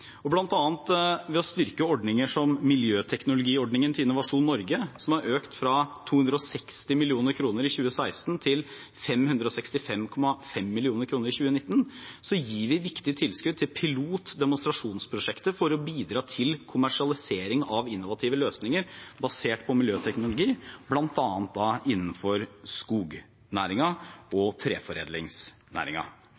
og bl.a. ved å styrke ordninger som Miljøteknologiordningen til Innovasjon Norge, som er økt fra 260 mill. kr i 2016 til 565,5 mill. kr i 2019, gir vi viktige tilskudd til pilot- og demonstrasjonsprosjekter for å bidra til kommersialisering av innovative løsninger basert på miljøteknologi, bl.a. innenfor skognæringen og